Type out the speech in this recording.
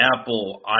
Apple